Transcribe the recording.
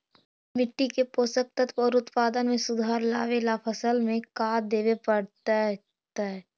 मिट्टी के पोषक तत्त्व और उत्पादन में सुधार लावे ला फसल में का देबे पड़तै तै?